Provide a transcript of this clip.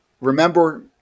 remember